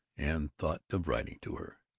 and thought of writing to her.